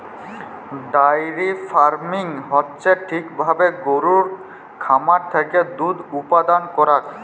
diary farming হচ্যে ঠিক ভাবে গরুর খামার থেক্যে দুধ উপাদান করাক